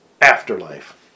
afterlife